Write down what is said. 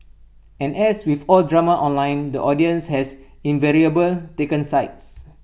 and as with all drama online the audience has invariable taken sides